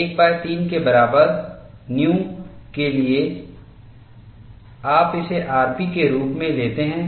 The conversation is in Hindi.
13 के बराबर न्यू के लिए आप इसे rp के रूप में लेते हैं